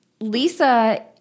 Lisa